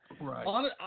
Right